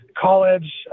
college